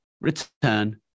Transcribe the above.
return